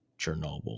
Chernobyl